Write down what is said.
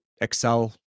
excel